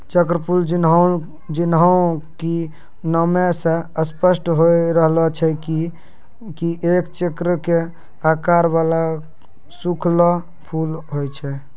चक्रफूल जैन्हों कि नामै स स्पष्ट होय रहलो छै एक चक्र के आकार वाला सूखलो फूल होय छै